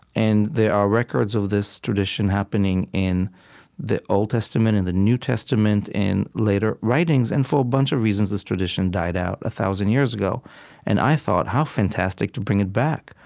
and there are records of this tradition happening in the old testament and in the new testament in later writings. and for a bunch of reasons, this tradition died out a thousand years ago and i thought, how fantastic to bring it back,